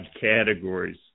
categories